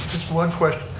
one question,